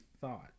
thought